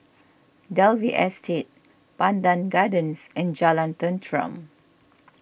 Dalvey Estate Pandan Gardens and Jalan Tenteram